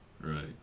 Right